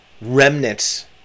remnants